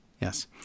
yes